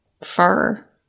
fur